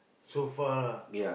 so far lah